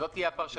זו תהיה הפרשנות,